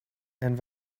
and